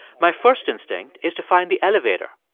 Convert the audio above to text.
my first instinct is to find the elevator,